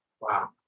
Wow